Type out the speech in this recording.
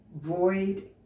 void